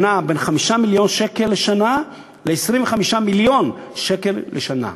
שנע בין 5 מיליון שקל לשנה ל-25 מיליון שקל לשנה,